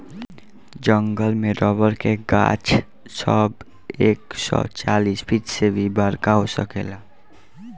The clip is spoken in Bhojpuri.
जंगल में रबर के गाछ सब एक सौ चालीस फिट से भी बड़का हो सकेला